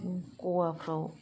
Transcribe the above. गवा फ्राव